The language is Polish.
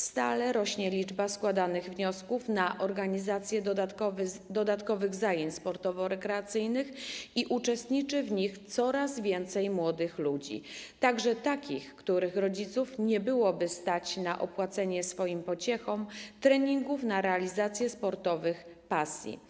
Stale rośnie liczba składanych wniosków dotyczących organizacji dodatkowych zajęć sportowo-rekreacyjnych i uczestniczy w nich coraz więcej młodych ludzi, także takich, których rodziców nie byłoby stać na opłacenie swoim pociechom treningów w celu realizacji sportowych pasji.